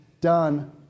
done